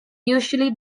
usually